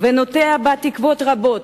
ונוטע בה תקוות רבות,